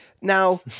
now